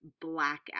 Blackout